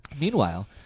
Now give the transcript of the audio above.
Meanwhile